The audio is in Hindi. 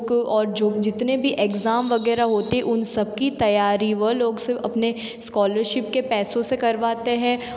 और जो जितने भी एग्ज़ाम वगैरह होते उन सबकी तैयारी वो लोग सब अपने स्कॉलरशिप के पैसों से करवाते हैं